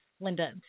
Linda